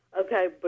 Okay